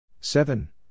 seven